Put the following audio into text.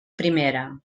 primera